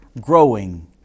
growing